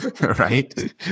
Right